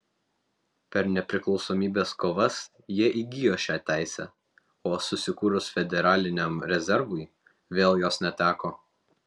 per nepriklausomybės kovas jie įgijo šią teisę o susikūrus federaliniam rezervui vėl jos neteko